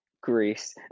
Greece